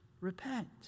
repent